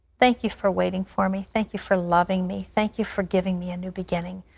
thank you for waiting for me. thank you for loving me. thank you for giving me a new beginning.